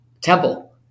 Temple